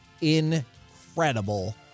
incredible